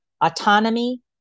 autonomy